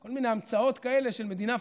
של כל מיני המצאות כאלה של מדינה פלסטינית,